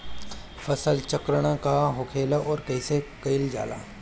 फसल चक्रण का होखेला और कईसे कईल जाला?